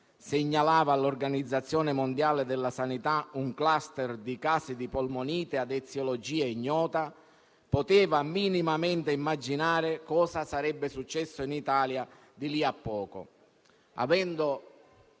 segnalava all'Organizzazione mondiale della sanità un *cluster* di casi di polmonite a eziologia ignota, poteva minimamente immaginare cosa sarebbe successo in Italia di lì a poco,